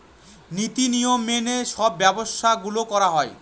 নীতি নিয়ম মেনে সব ব্যবসা গুলো করা হয়